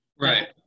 Right